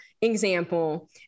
example